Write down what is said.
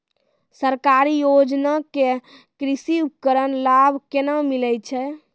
सरकारी योजना के कृषि उपकरण लाभ केना मिलै छै?